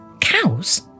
cows